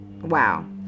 Wow